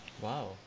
wow